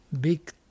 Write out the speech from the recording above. big